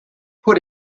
put